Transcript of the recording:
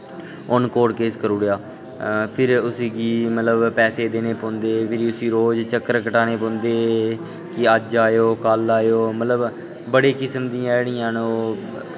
उन्न court case करी ओड़ेआ फ्ही उसगी पैहे देने पौंदे फ्ही उस्सी रोज चक्कर कटने पौंदे कि अज्ज आओ कल्ल आओ मतलब बड़े किस्म दियां जेह्ड़ियां न ओह्